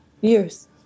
Years